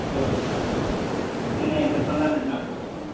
okay okay نہیں نہیں ایک دس پندرہ منٹ میں آپ کو بھیجتا ہوں